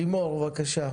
לימור, בבקשה.